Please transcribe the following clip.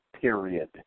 period